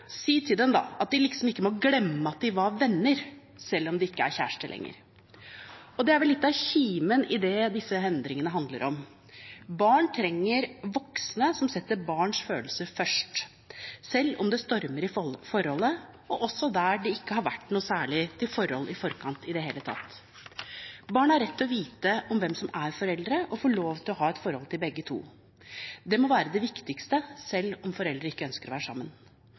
Si til dem at de liksom ikke må glemme at de var venner, selv om de ikke er kjærester lenger. Det er vel litt av kimen i det disse endringene handler om. Barn trenger voksne som setter barns følelser først, selv om det stormer i forholdet, og også der det ikke har vært noe særlig til forhold i forkant i det hele tatt. Barn har rett til å vite hvem som er foreldre, og få lov til å ha et forhold til begge to. Det må være det viktigste, selv om foreldrene ikke ønsker å være sammen.